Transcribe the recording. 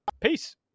Peace